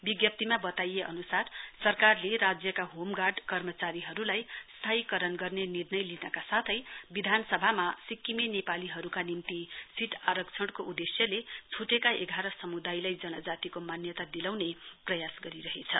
विज्ञप्तीमा वताइए अनुसार सरकारले राज्यका होमगार्ड कर्मचारीहरुलाई स्थायीकरण गर्ने निर्णय लिनका साथै विधानसभामा सिक्किमे नेपालीहरुका निम्ति सीट आरक्षणको उदेश्यले छ्टेका एघार सम्दायलाई जनजातिको मान्यता दिलाउने प्रयास गरिरहेछ